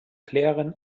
klären